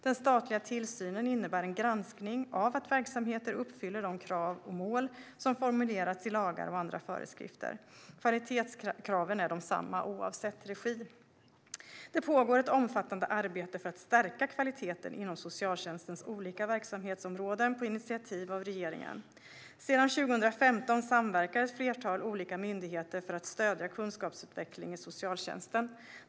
Den statliga tillsynen innebär en granskning av att verksamheter uppfyller de krav och mål som formulerats i lagar och andra föreskrifter. Kvalitetskraven är desamma oavsett regi. Det pågår, på initiativ av regeringen, ett omfattande arbete med att stärka kvaliteten inom socialtjänstens olika verksamhetsområden. Sedan 2015 samverkar ett flertal olika myndigheter för att stödja kunskapsutveckling i socialtjänsten.